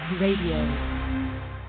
Radio